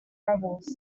rebels